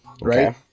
right